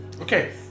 Okay